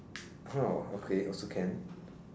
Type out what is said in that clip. okay also can